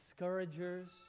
discouragers